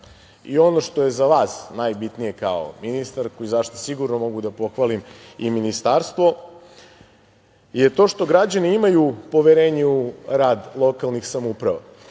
Ono što je za vas najbitnije kao ministarku i zašta sigurno mogu da pohvalim i Ministarstvo, jeste to što građani imaju poverenje u rad lokalnih samouprava,